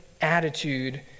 attitude